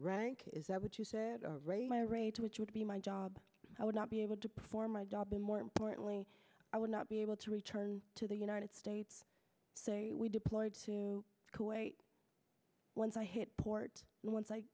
rank is that what you said my rate which would be my job i would not be able to perform my job or more importantly i would not be able to return to the united states say we deployed to kuwait once i hit port and once i